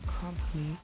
company